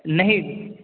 नहीं